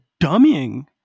dummying